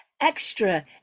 extra